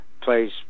plays